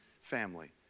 family